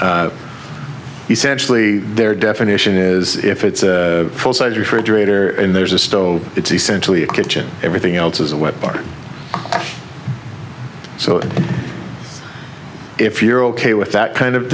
essentially their definition is if it's a full size refrigerator and there's a stove it's essentially a kitchen everything else is a weapon so if you're ok with that kind of